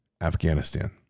Afghanistan